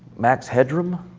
max headroom?